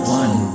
one